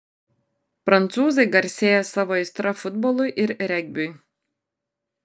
prancūzai garsėja savo aistra futbolui ir regbiui